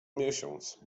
miesiąc